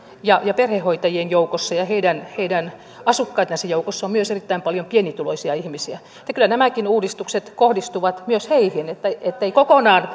ja perhehoitajien joukossa ja heidän heidän asiakkaittensa joukossa on myös erittäin paljon pienituloisia ihmisiä kyllä nämäkin uudistukset kohdistuvat myös heihin ei kokonaan